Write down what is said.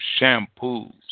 shampoos